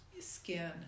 skin